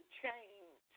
change